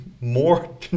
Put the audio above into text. more